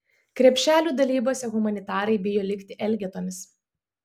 krepšelių dalybose humanitarai bijo likti elgetomis